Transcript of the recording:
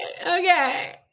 Okay